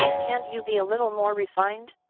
can't you be a little more refined?